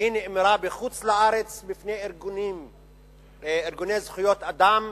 היא נאמרה בחוץ-לארץ, בפני ארגוני זכויות אדם,